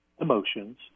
emotions